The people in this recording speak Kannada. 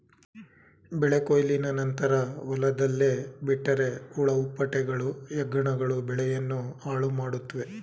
ಬೆಳೆ ಕೊಯ್ಲಿನ ನಂತರ ಹೊಲದಲ್ಲೇ ಬಿಟ್ಟರೆ ಹುಳ ಹುಪ್ಪಟೆಗಳು, ಹೆಗ್ಗಣಗಳು ಬೆಳೆಯನ್ನು ಹಾಳುಮಾಡುತ್ವೆ